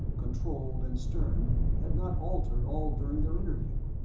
controlled and stern, had not altered all during their interview,